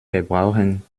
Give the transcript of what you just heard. verbrauchen